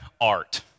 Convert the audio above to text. art